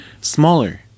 smaller